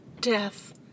death